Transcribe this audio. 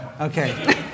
Okay